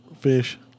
fish